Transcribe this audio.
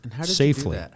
safely